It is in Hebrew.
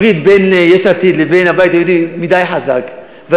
הברית בין יש עתיד לבין הבית היהודי חזקה מדי,